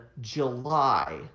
July